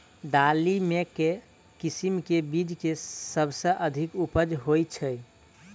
दालि मे केँ किसिम केँ बीज केँ सबसँ अधिक उपज होए छै?